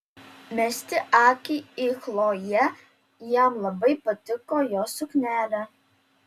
mesti akį į chlojė jam labai patiko jos suknelė